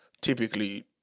typically